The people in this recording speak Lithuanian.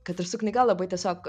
kad ir su knyga labai tiesiog